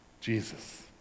Jesus